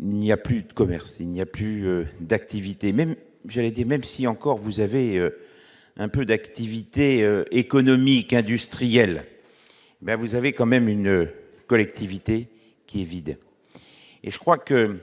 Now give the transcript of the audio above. il n'y a plus de commerce, il n'y a plus d'activité même j'allais dire, même si encore vous avez un peu d'activité économique, industrielle, mais vous avez quand même une collectivité qui est vide, et je crois que